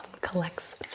collects